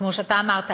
כמו שאתה אמרת,